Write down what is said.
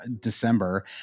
December